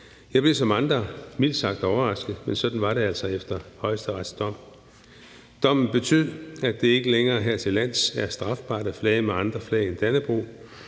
Jeg blev som andre mildt sagt overrasket, men sådan var det altså efter Højesterets dom. Dommen betød, at det ikke længere hertillands er strafbart at flage med andre flag end Dannebrog.